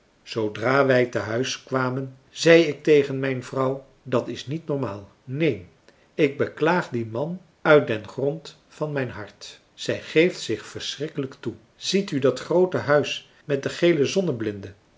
zoodra wij te huis kwamen zei ik tegen mijn vrouw dat is niet normaal neen ik beklaag dien man uit den grond van mijn hart zij geeft zich verschrikkelijk toe ziet u dat groote huis met de gele zonneblinden